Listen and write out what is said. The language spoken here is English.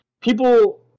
people